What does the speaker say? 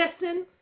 listen